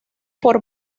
por